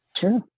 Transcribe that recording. Sure